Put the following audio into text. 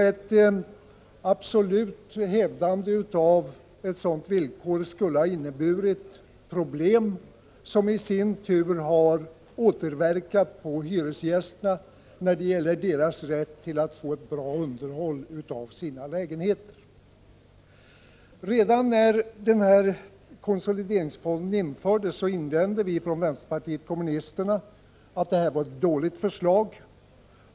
Ett absolut hävdande av ett sådant villkor skulle ha inneburit problem, som i sin tur har återverkat på hyresgästernas rätt att få ett bra underhåll av sina lägenheter. Redan när konsolideringsfonden infördes invände vi från vänsterpartiet 151 kommunisterna att detta var ett dåligt förslag.